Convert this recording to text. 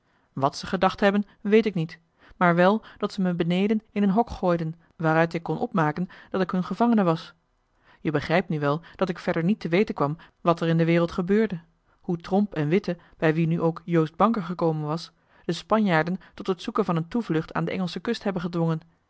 wàt ze gedacht hebben weet ik niet maar wel dat ze me beneden in een hok gooiden waaruit ik kon opmaken dat ik hun gevangene was je begrijpt nu wel dat ik verder niet te weten kwam wat er in de wereld gebeurde hoe tromp en witte bij wie nu ook joost bancker gekomen was de spanjaarden tot het zoeken van een toevlucht aan de engelsche kust hebben gedwongen